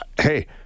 hey